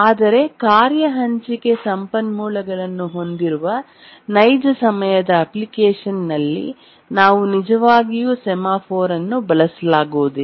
ಆದರೆ ಕಾರ್ಯ ಹಂಚಿಕೆ ಸಂಪನ್ಮೂಲಗಳನ್ನು ಹೊಂದಿರುವ ನೈಜ ಸಮಯದ ಅಪ್ಲಿಕೇಶನ್ನಲ್ಲಿ ನಾವು ನಿಜವಾಗಿಯೂ ಸೆಮಾಫೋರ್ ಅನ್ನು ಬಳಸಲಾಗುವುದಿಲ್ಲ